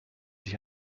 sich